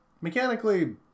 mechanically